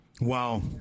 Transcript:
Wow